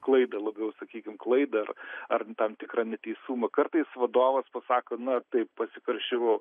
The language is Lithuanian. klaidą labiau sakykim klaidą ar tam tikrą neteisumą kartais vadovas pasako na taip pasikarščiavau